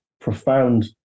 profound